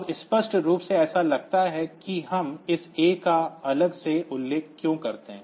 अब स्पष्ट रूप से ऐसा लगता है कि हम इस A का अलग से उल्लेख क्यों करते हैं